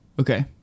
Okay